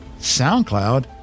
SoundCloud